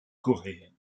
coréenne